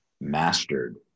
mastered